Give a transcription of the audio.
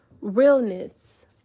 Realness